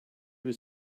was